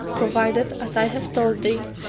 provided, as i have told thee,